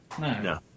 No